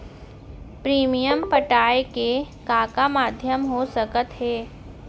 Premium पटाय के का का माधयम हो सकत हे?